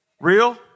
Real